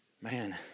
Man